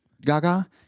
Gaga